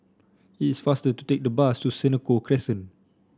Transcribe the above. it is faster to take the bus to Senoko Crescent